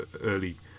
early